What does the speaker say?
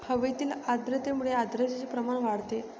हवेतील आर्द्रतेमुळे आर्द्रतेचे प्रमाण वाढते